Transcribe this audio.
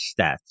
stats